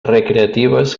recreatives